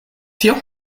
tion